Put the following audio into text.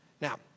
Now